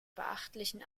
beachtlichen